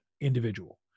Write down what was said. individual